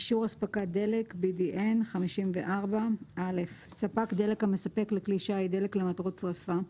"אישור אספקת דלק (BDN) ספק דלק המספק לכלי שיט דלק למטרות שריפה,